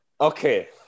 Okay